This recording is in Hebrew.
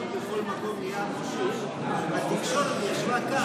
המצלמות בכל מקום, היסטורית התקשורת ישבה כאן.